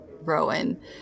rowan